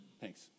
Thanks